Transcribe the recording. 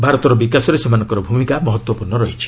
ଭାରତର ବିକାଶରେ ସେମାନଙ୍କର ଭୂମିକା ମହତ୍ତ୍ୱପୂର୍ଣ୍ଣ ରହିଛି